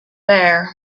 there